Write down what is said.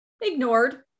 ignored